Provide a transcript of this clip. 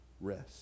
rest